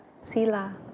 sila